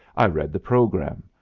i read the program,